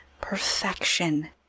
perfection